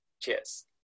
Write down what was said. Cheers